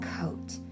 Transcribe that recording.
coat